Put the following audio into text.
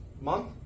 month